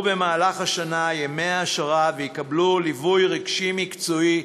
במהלך השנה ימי העשרה ויקבלו ליווי רגשי-מקצועי,